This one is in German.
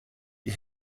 die